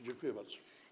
Dziękuję bardzo.